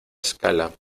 escala